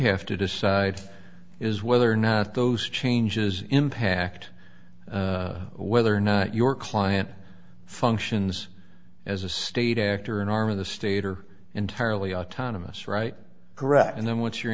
have to decide is whether or not those changes impact whether or not your client functions as a state actor an arm of the state or entirely autonomous right correct and then what's your